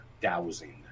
dowsing